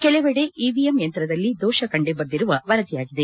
ಕೆಲವೆಡೆ ಇವಿಯಮ್ ಯಂತ್ರದಲ್ಲಿ ದೋಷ ಕಂಡುಬಂದಿರುವ ವರದಿಯಾಗಿದೆ